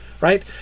right